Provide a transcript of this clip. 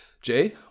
Jay